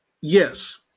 Yes